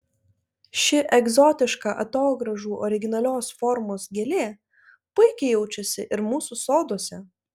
ši egzotiška atogrąžų originalios formos gėlė puikiai jaučiasi ir mūsų soduose